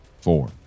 four